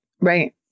right